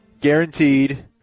guaranteed